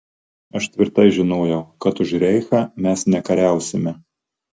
aš tvirtai žinojau kad už reichą mes nekariausime